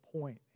point